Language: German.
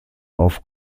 auf